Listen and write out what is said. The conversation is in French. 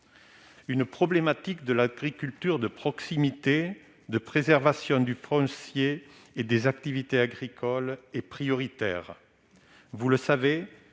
La problématique de l'agriculture de proximité, de la préservation du foncier et des activités agricoles est prioritaire. Vous le savez,